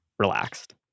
relaxed